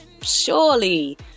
surely